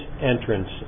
entrance